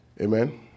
Amen